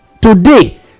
Today